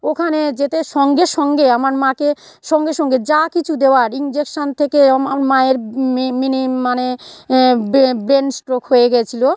ওখানে যেতে সঙ্গে সঙ্গে আমার মাকে সঙ্গে সঙ্গে যা কিছু দেওয়ার ইনজেকশন থেকে অমার মায়ের মে মেনে মানে ব্রে ব্রেন স্ট্রোক হয়ে গিয়েছিল